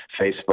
Facebook